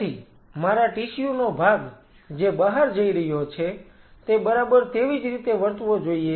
તેથી મારા ટિશ્યુ નો ભાગ જે બહાર જઈ રહ્યો છે તે બરાબર તેવી રીતે જ વર્તવો જોઈએ